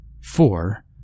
four